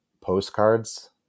postcards